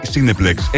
Cineplex